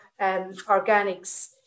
organics